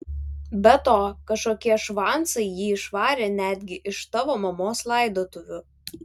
be to kažkokie švancai jį išvarė netgi iš tavo mamos laidotuvių